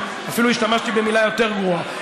אפילו השתמשתי במילה יותר גרועה,